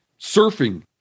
Surfing